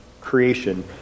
creation